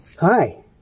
Hi